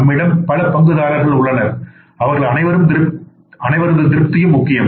நம்மிடம் பலபங்குதாரர்கள் உள்ளனர் அவர்கள் அனைவரது திருப்தியும் முக்கியம்